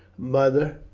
mother,